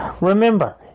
Remember